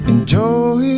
Enjoy